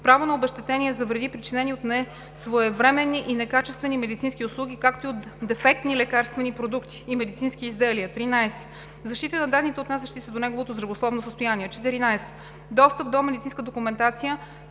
право на обезщетение за вреди, причинени от несвоевременни и некачествени медицински услуги, както и от дефектни лекарствени продукти и медицински изделия; 13. защита на данните, отнасящи се до неговото здравословно състояние; 14. достъп до медицинската документация,